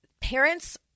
parents